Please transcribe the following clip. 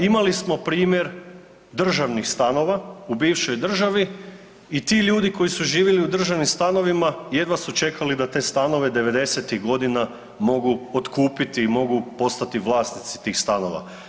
Imali smo primjer državnih stanova u bivšoj državi i ti ljudi koji su živjeli u tim državnim stanovima jedva su čekali da te stanove 90-tih godina mogu otkupiti i mogu postati vlasnici tih stanova.